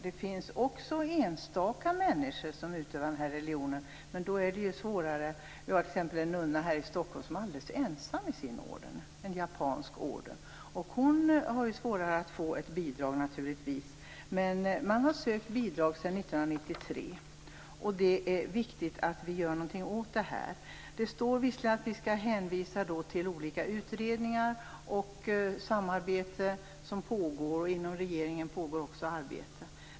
Det finns också enstaka människor som utövar religion, men då är det ju svårare. Det finns t.ex. en nunna här i Stockholm som är alldeles ensam i sin orden, en japansk orden. Hon har svårare, naturligtvis, att få bidrag. Men hon har sökt bidrag sedan 1993. Det är viktigt att vi gör någonting åt det här. Visserligen hänvisar man till olika utredningar och samarbete som pågår. Inom regeringen pågår också arbete.